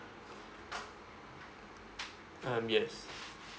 um yes